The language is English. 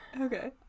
Okay